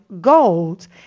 gold